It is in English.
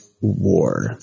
war